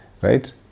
right